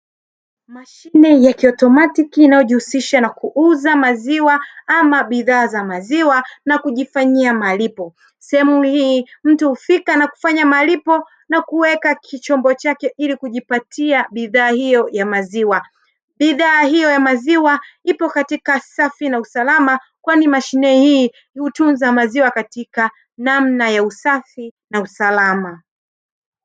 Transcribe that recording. Mashine ya kiautomatiki inayojihusisha na kuuza maziwa ama bidhaa za maziwa na kujifanyia malipo. Sehemu hii mtu hufika na kufanya malipo na kuweka chombo chake ili kujipatia bidhaa hiyo ya maziwa. Bidhaa hiyo ya maziwa iko katika safi na usalama kwani mashine hii hutunza maziwa katika namna ya usafi na usalama.